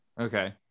Okay